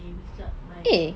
eh winx club my